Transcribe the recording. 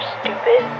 stupid